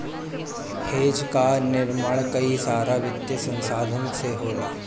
hedge कअ निर्माण कई सारा वित्तीय संसाधन से होला